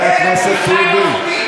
אדוני היושב-ראש,